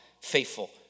faithful